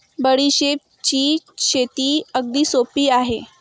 बडीशेपची शेती अगदी सोपी आहे